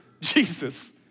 Jesus